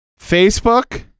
Facebook